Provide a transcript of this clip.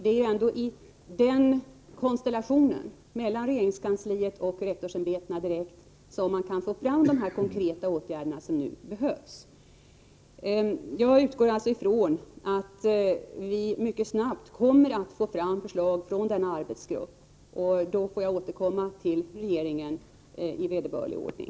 Det är ändå i konstellationen mellan regeringskansliet och rektorsämbetena som man kan få fram de konkreta åtgärder som behövs. Jag utgår alltså ifrån att vi mycket snabbt kommer att få fram förslag från denna arbetsgrupp. Då får jag återkomma till regeringen i vederbörlig ordning.